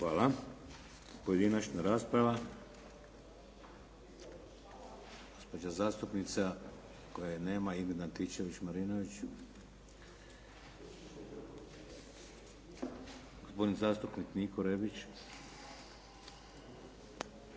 Hvala. Pojedinačna rasprava. Gospođa zastupnica, koje nema, Ingrid Antičević Marinović. Gospodin zastupnik Niko Rebić.